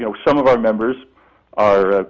you know some of our members are,